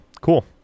cool